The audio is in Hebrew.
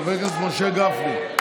חבר הכנסת משה גפני,